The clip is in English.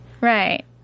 Right